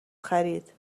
خرید